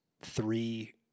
three